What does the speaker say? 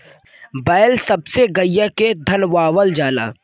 बैल सब से गईया के धनवावल जाला